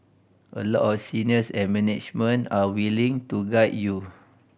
a lot of seniors and management are willing to guide you